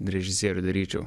režisieriu daryčiau